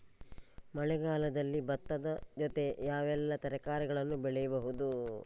ಮಳೆಗಾಲದಲ್ಲಿ ಭತ್ತದ ಜೊತೆ ಯಾವೆಲ್ಲಾ ತರಕಾರಿಗಳನ್ನು ಬೆಳೆಯಬಹುದು?